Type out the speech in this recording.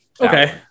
Okay